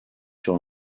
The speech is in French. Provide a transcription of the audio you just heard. sur